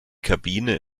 kabine